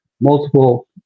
multiple